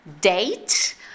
date